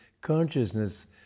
consciousness